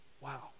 Wow